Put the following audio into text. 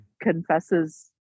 confesses